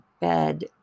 bed